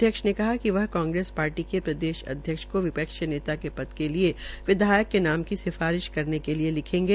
अध्यक्ष ने कहा कि वह कांग्रेस पार्टी के प्रदेशाध्यक्ष को विपक्ष के नेता लिये विधायक के नाम की सिफारिश करने के लिये लिखेंगे